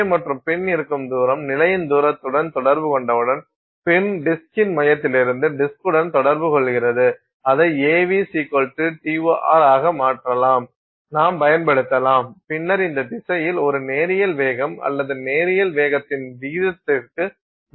M மற்றும் pin இருக்கும் தூரம் நிலையின் தூரத்துடன் தொடர்பு கொண்டவுடன் பின் டிஸ்கின் மையத்திலிருந்து டிஸ்க் உடன் தொடர்பு கொள்கிறது அதை av tor ஆக மாற்றலாம் நாம் பயன்படுத்தலாம் பின்னர் இந்த திசையில் ஒரு நேரியல் வேகம் அல்லது நேரியல் வேகத்தின் வீதத்திற்கு மாற்றலாம்